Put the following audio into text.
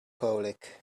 colic